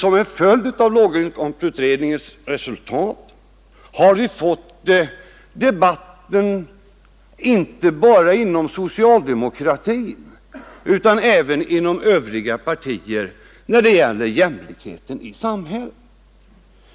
Som en följd av låginkomstutredningens resultat har vi fått en debatt inte bara inom socialdemokratin utan även inom övriga partier om jämlikheten i samhället.